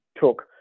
took